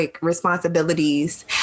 responsibilities